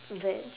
veg